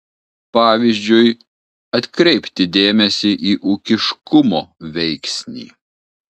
pavyzdžiui atkreipti dėmesį į ūkiškumo veiksnį